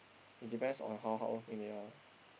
it depends on how hardworking they are